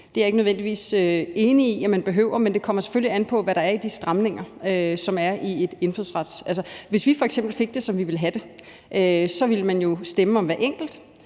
Det er jeg ikke nødvendigvis enig i at man behøver, men det kommer selvfølgelig an på, hvad det er for stramninger der er i et indfødsretsforslag. Hvis vi f.eks. fik det, som vi ville have det, så ville man jo stemme om hver enkelt.